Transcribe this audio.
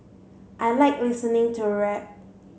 I like listening to rap